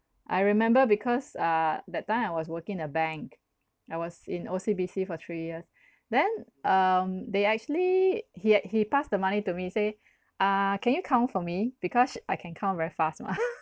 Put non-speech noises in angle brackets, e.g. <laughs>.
I remember because uh that time I was working in a bank I was in O_C_B_C for three years then um they actually he had he passed the money to me say uh can you count for me because I can count very fast mah <laughs>